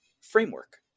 framework